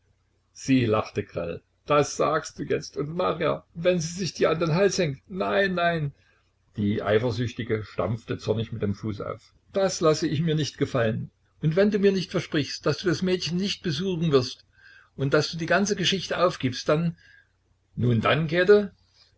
sie lachte grell das sagst du jetzt und nachher wenn sie sich dir an den hals hängt nein nein die eifersüchtige stampfte zornig mit dem fuß auf das lasse ich mir nicht gefallen und wenn du mir nicht versprichst daß du das mädchen nicht besuchen wirst und daß du diese ganze geschichte aufgibst dann nun dann